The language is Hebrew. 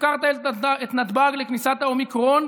הפקרת את נתב"ג לכניסת האומיקרון,